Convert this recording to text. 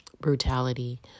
brutality